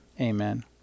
Amen